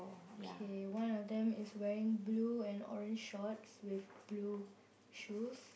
K one of them is wearing blue and orange shorts with blue shoes